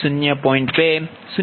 2 0